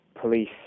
police